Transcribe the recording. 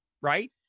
right